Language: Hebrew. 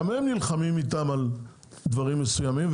גם הם נלחמים איתם על דברים מסוימים,